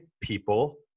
people